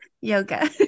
Yoga